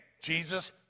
Jesus